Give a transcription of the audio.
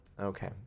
Okay